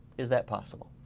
is that possible?